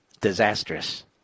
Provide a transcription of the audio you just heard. disastrous